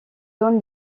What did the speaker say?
donne